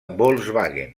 volkswagen